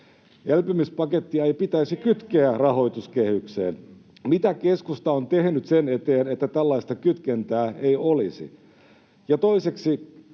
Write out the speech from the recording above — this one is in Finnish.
Elpymispakettia ei pitäisi kytkeä rahoituskehykseen. [Antti Kurvisen välihuuto] Mitä keskusta on tehnyt sen eteen, että tällaista kytkentää ei olisi?